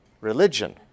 Religion